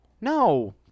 No